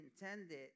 intended